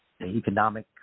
economic